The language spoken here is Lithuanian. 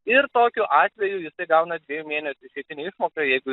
ir tokiu atveju jisai gauna dviejų mėnesių išeitinę išmoką jeigu